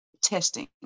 testing